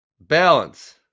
Balance